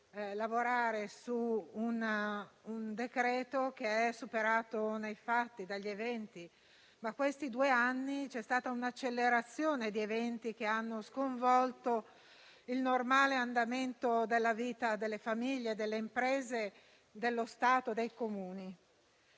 lavorare su un decreto-legge superato nei fatti dagli eventi. Ma in questi due anni c'è stata un'accelerazione di eventi che hanno sconvolto il normale andamento della vita delle famiglie, delle imprese, dello Stato e dei Comuni.